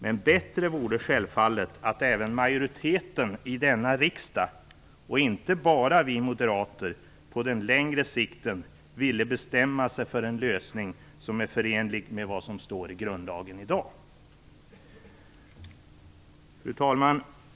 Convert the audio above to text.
Men bättre vore självfallet att även majoriteten i denna riksdag, och inte bara vi moderater, på längre sikt ville bestämma sig för en lösning som är förenlig med vad som står i grundlagen i dag! Fru talman!